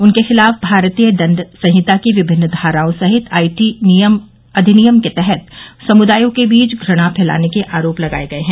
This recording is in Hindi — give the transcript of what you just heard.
उनके खिलाफ भारतीय दंड संहिता की विमिन्न धाराओं सहित आईटी अधिनियम के तहत समुदायों के बीच घृणा फैलाने के आरोप लगाए गए हैं